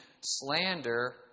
slander